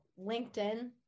LinkedIn